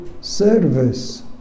service